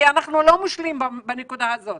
כי אנחנו לא מוּשלים בנקודה הזאת,